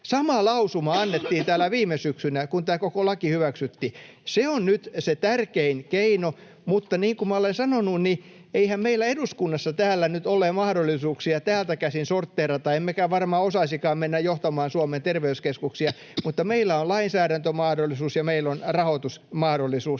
Sama lausuma annettiin täällä viime syksynä, kun tämä koko laki hyväksyttiin. Se on nyt se tärkein keino, mutta niin kuin minä olen sanonut, niin eihän meillä täällä eduskunnassa ole mahdollisuuksia täältä käsin sortteerata emmekä varmaan osaisikaan mennä johtamaan Suomen terveyskeskuksia, mutta meillä on lainsäädäntömahdollisuus